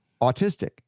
autistic